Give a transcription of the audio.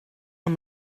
amb